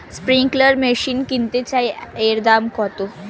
Sprinkler machine কিনতে চাই এর দাম কত?